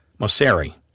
Mosseri